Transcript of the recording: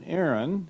Aaron